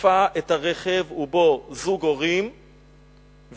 תקפה את הרכב ובו זוג הורים וילדיהם.